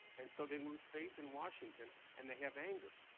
and so they lose faith in washington, and they have anger.